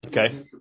Okay